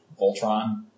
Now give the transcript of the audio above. Voltron